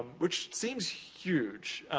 which seems huge,